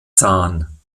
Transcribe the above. zahn